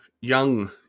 young